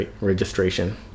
registration